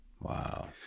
Wow